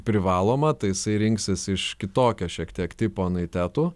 privaloma tai jisai rinksis iš kitokio šiek tiek tipo anuitetų